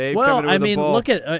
well, i mean, look at. ah